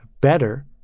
better